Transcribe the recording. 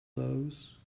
those